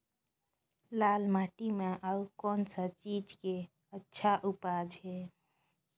लाल माटी म अउ कौन का चीज के अच्छा उपज है?